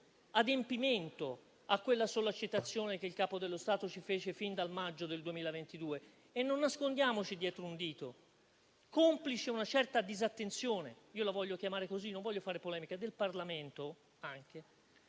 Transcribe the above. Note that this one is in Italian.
adempimento a quella sollecitazione che il Capo dello Stato fece fin dal maggio del 2022. Non nascondiamoci dietro a un dito: complice una certa disattenzione del Parlamento - la voglio chiamare così, non voglio fare polemica - si era creato un